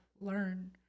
Learn